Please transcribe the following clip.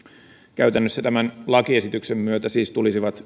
käytännössä tämän lakiesityksen myötä siis tulisivat tuulivoimapuistot